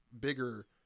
bigger